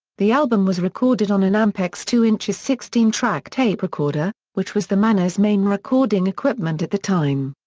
the album was recorded on an ampex two and two sixteen track tape recorder, which was the manor's main recording equipment at the time.